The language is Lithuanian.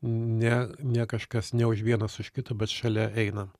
ne ne kažkas ne už vienas už kito bet šalia einam